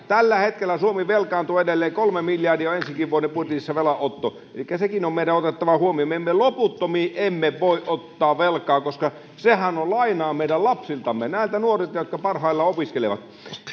tällä hetkellä suomi velkaantuu edelleen kolme miljardia on ensi vuodenkin budjetissa velanotto elikkä sekin on meidän otettava huomioon loputtomiin emme voi ottaa velkaa koska sehän on lainaa meidän lapsiltamme näiltä nuorilta jotka parhaillaan opiskelevat